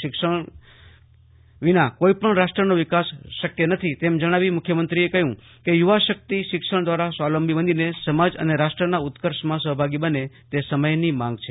શિક્ષણ વિના કોઈ પણ રાષ્ટ્રનો વિકાસ શક્ય નથી તેમ જણાવીને મુખ્યમંત્રીએ કહ્યુ હતું કે યુવા શક્તિ શિક્ષણ દ્રારા સ્વાવલંબી બનીને સમાજ અને રાષ્ટ્રના ઉત્કર્ષમાં સહભાગી બને તે સમયની માંગ છે